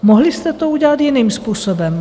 Mohli jste to udělat jiným způsobem.